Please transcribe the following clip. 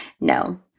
no